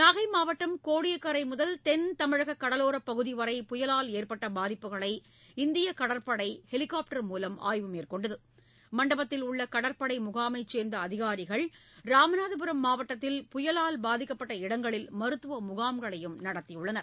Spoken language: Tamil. நாகை மாவட்டம் கோடியக்கரை முதல் தென் தமிழகக் கடலோரப் பகுதி வரை புயலால் ஏற்பட்ட பாதிப்புகளை இந்தியக் கடற்படை ஹெலிகாப்டர் மூலம் ஆய்வு மேற்கொண்டது மண்டபத்தில் உள்ள கடற்படை முகாமைச் சேர்ந்த அதிகாரிகள் ராமநாதபுரம் மாவட்டத்தில் புயலால் பாதிக்கப்பட்ட இடங்களில் மருத்துவ முகாம்களையும் நடத்தியுள்ளனர்